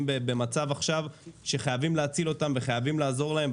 במצב שחייבים להציל אותם וחייבים לעזור להם,